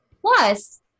plus